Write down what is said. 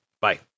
Bye